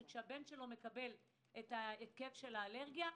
שכשהבן שלו מקבל את ההתקף של האלרגיה,